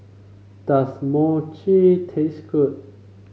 does Mochi taste good